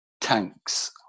tanks